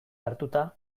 hartuta